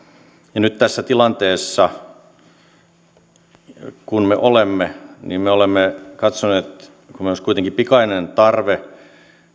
ja nyt tässä tilanteessa missä me olemme me olemme katsoneet että kun meillä olisi kuitenkin pikainen tarve